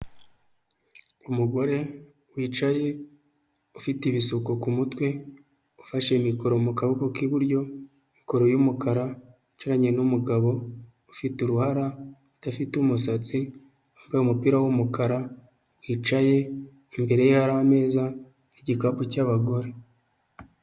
Umugore wicaye ufite ibisuko ku mutwe, ufashe mikoro mu kaboko k'iburyo, mikoro y'umukara, wicaranye n'umugabo, ufite uruhara udafite umusatsi, wambaye umupira w'umukara, wicaye imbere ye hari ameza n'igikapu cy'abagore.